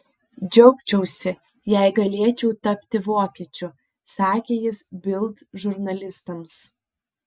džiaugčiausi jei galėčiau tapti vokiečiu sakė jis bild žurnalistams